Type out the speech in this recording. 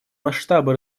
масштабы